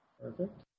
Perfect